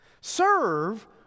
serve